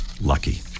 lucky